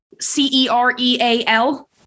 C-E-R-E-A-L